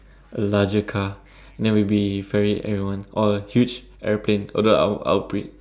a larger car than will be ferry everyone or huge aeroplane although I'm I'm pre~